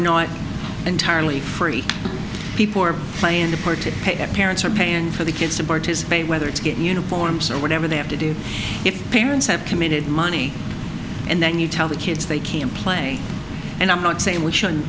it entirely free people are playing to participate at parents are paying for the kids to participate whether it's getting uniforms or whatever they have to do if parents have committed money and then you tell the kids they can play and i'm not saying we shouldn't